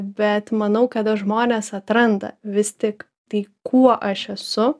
bet manau kada žmonės atranda vis tik tai kuo aš esu